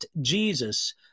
Jesus